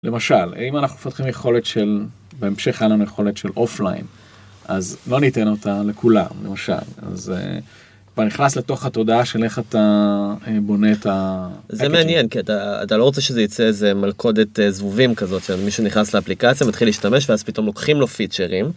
למשל אם אנחנו מפתחים יכולת של בהמשך היה לנו יכולת של אופליין אז לא ניתן אותה לכולם למשל אז נכנס לתוך התודעה של איך אתה בונה את זה מעניין כי אתה לא רוצה שזה יצא איזה מלכודת זבובים כזאת של מי שנכנס לאפליקציה מתחיל להשתמש ואז פתאום לוקחים לו פיצ'רים.